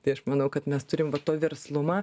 tai aš manau kad mes turim va to verslumą